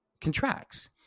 contracts